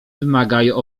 wymagają